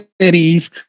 cities